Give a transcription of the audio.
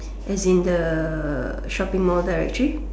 as in the shopping Mall directory